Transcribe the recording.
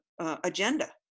agenda